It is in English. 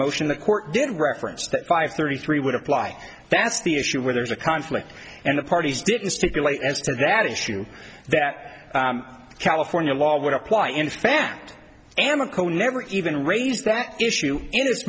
motion the court did reference that five thirty three would apply that's the issue where there's a conflict and the parties didn't stipulate and so that issue that california law would apply in fact amoco never even raised that issue in this